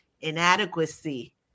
inadequacy